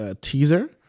teaser